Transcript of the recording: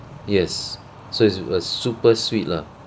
yes so it's uh super sweet lah